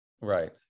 Right